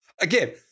again